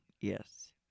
yes